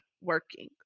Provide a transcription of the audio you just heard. working